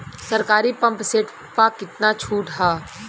सरकारी pump set प कितना छूट हैं?